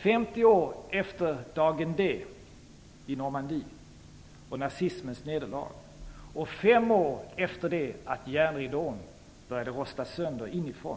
Femtio år efter dagen D i Normandie och nazismens nederlag och fem år efter det att järnridån började rosta sönder inifrån